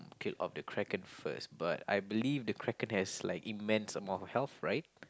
kill off the Kraken first but I believe the Kraken has like immense amount of health right